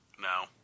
No